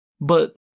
But-